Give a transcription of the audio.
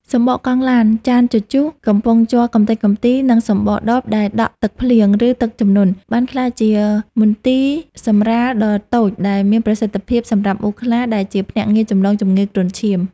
សំបកកង់ឡាន ចានជជុះ កំប៉ុងជ័រកម្ទេចកម្ទី និងសំបកដបដែលដក់ទឹកភ្លៀង ឬទឹកជំនន់ បានក្លាយជា មន្ទីរសម្រាល ដ៏តូចតែមានប្រសិទ្ធភាពសម្រាប់មូសខ្លា ដែលជាភ្នាក់ងារចម្លងជំងឺគ្រុនឈាម។